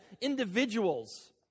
individuals